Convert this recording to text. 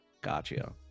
Gotcha